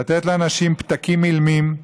לתת לאנשים פתקים אילמים: